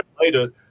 later